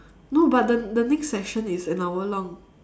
no but the the next session is an hour long